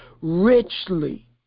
richly